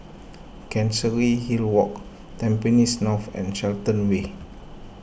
Chancery Hill Walk Tampines North and Shenton Way